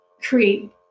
create